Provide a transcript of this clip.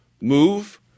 move